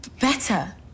better